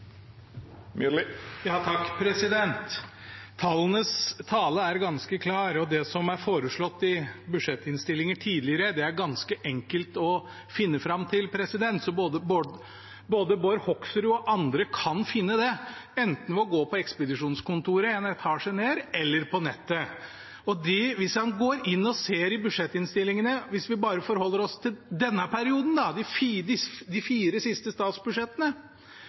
Tallenes tale er ganske klar, og det som er foreslått i budsjettinnstillinger tidligere, er ganske enkelt å finne fram til, så både Bård Hoksrud og andre kan finne det, enten ved å gå på ekspedisjonskontoret en etasje ned eller på nettet. Hvis en går inn og ser i budsjettinnstillingene, hvis vi bare forholder oss til denne perioden, de fire siste statsbudsjettene,